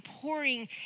pouring